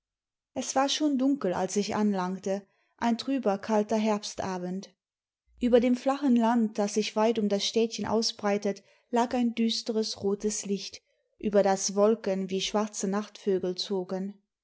es war schon dunkel als ich anlangte ein trüber kalter herbstabend über dem flachen land das sich weit um das städtchen ausbreitet lag ein düsteres rotes licht über das wolken wie schwarze nachtvögel zogen